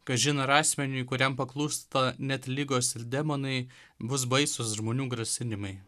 kažin ar asmeniui kuriam paklūsta net ligos ir demonai bus baisūs žmonių grasinimai